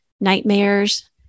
nightmares